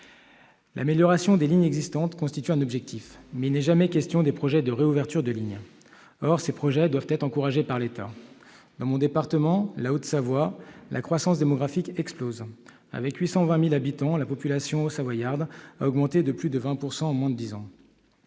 l'amélioration des lignes existantes constitue un objectif, il n'est jamais question des projets de réouverture de ligne. Or ces projets doivent être encouragés par l'État. Dans mon département, la Haute-Savoie, la croissance démographique explose. Avec 820 000 habitants, la population haut-savoyarde a augmenté de plus de 20 % en moins de dix ans.